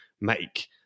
make